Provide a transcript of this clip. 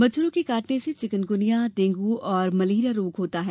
मच्छरों के काटने से चिकुनगुनिया डेंगू और मलेरिया रोग होता है